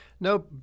No